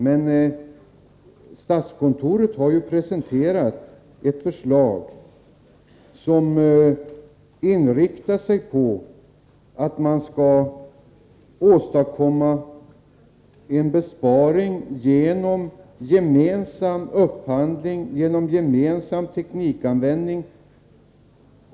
Men statskontoret har ju presenterat ett förslag som inriktar sig på att man skall åstadkomma en besparing genom gemensam upphandling och gemensam teknikanvändning.